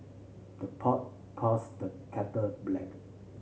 the pot calls the kettle black